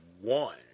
one